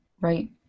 Right